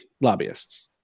lobbyists